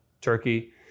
Turkey